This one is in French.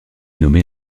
nommée